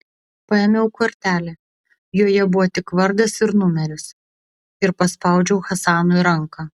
paėmiau kortelę joje buvo tik vardas ir numeris ir paspaudžiau hasanui ranką